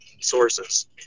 sources